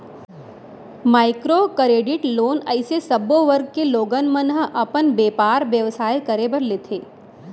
micro credit loan अइसे सब्बो वर्ग के लोगन मन ह अपन बेपार बेवसाय करे बर लेथे